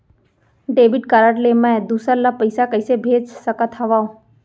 Debit card ले मैं दूसर ला पइसा कइसे भेज सकत हओं?